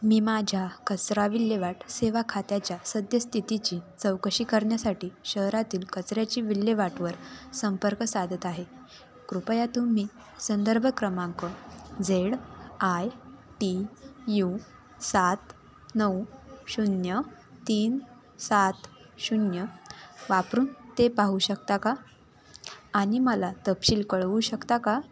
मी माझ्या कचरा विल्हेवाट सेवा खात्याच्या सद्यस्थितीची चौकशी करण्यासाठी शहरातील कचऱ्याची विल्हेवाटवर संपर्क साधत आहे कृपया तुम्ही संदर्भ क्रमांक झेड आय टी यू सात नऊ शून्य तीन सात शून्य वापरून ते पाहू शकता का आणि मला तपशील कळवू शकता का